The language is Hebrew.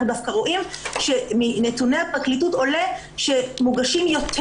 אנחנו דווקא רואים שמנתוני הפרקליטות עולה שמוגשים יותר